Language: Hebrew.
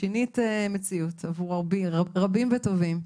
שינית מציאות עבור רבים וטובים.